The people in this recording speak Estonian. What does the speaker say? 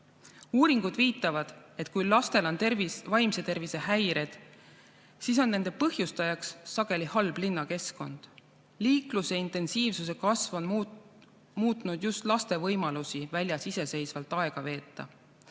Uuringud viitavad, et kui lastel on vaimse tervise häired, siis on nende põhjustajaks sageli halb linnakeskkond. Liikluse intensiivsuse kasv on muutnud just laste võimalusi väljas iseseisvalt aega veeta.